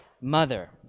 mother